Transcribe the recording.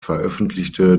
veröffentlichte